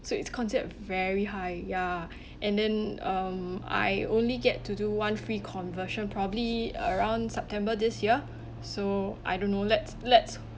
so it's considered very high ya and then um I only get to do one free conversion probably around september this year so I don't know let's let's